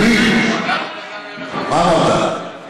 ילין, מה אמרת?